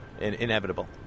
inevitable